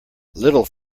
little